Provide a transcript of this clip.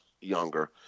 younger